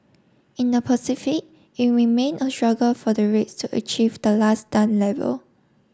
in the Pacific it remained a struggle for the rates to achieve the last done level